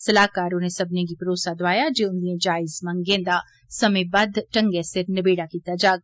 सलाहकार होरें सब्बनें गी भरोसा दोआया जे उंदिएं जायज मंगें दा समें बद्ध ढंगै सिर नबेड़ा कीता जाग